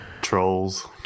Trolls